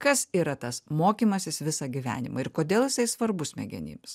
kas yra tas mokymasis visą gyvenimą ir kodėl jisai svarbus smegenims